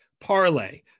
parlay